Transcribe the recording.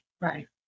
Right